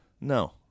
No